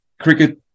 cricket